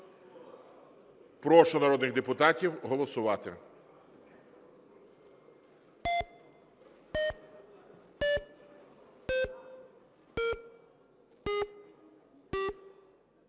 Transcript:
Прошу народних депутатів голосувати.